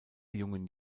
jungen